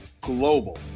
Global